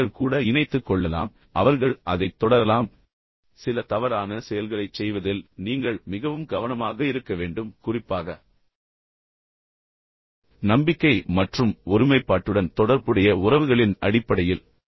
எனவே அவர்கள் கூட இணைத்துக் கொள்ளலாம் பின்னர் அவர்கள் அதைத் தொடரலாம் எனவே சில தவறான செயல்களைச் செய்வதில் நீங்கள் மிகவும் கவனமாக இருக்க வேண்டும் குறிப்பாக நம்பிக்கை மற்றும் ஒருமைப்பாட்டுடன் தொடர்புடைய உறவுகளின் அடிப்படையில்